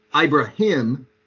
Ibrahim